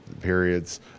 periods